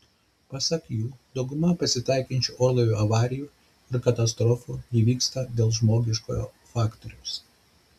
pasak jų dauguma pasitaikančių orlaivių avarijų ir katastrofų įvyksta dėl žmogiškojo faktoriaus